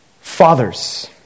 Fathers